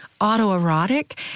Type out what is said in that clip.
autoerotic